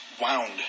wound